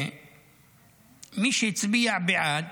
מי שהצביע בעד